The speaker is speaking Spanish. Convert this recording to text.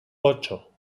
ocho